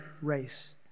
race